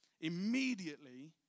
immediately